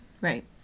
Right